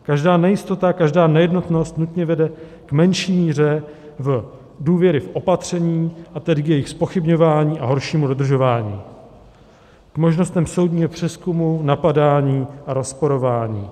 Každá nejistota a každá nejednotnost nutně vede k menší míře důvěry v opatření, a tedy k jejich zpochybňování a horšímu dodržování, k možnostem soudního přezkumu, napadání a rozporování.